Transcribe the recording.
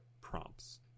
prompts